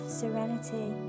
serenity